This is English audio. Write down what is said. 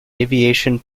aviation